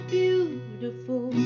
beautiful